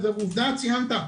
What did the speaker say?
ועובדה ציינת,